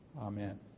amen